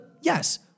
Yes